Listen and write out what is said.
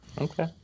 Okay